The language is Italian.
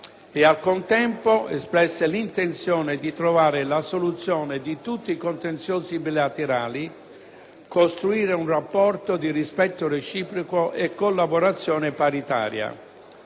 e, al contempo, espresse l'intenzione di trovare la soluzione di tutti i contenziosi bilaterali e di costruire un rapporto di rispetto reciproco e di collaborazione paritaria.